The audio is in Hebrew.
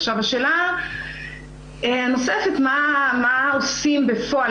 עכשיו השאלה הנוספת היא מה עושים בפועל.